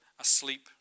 asleep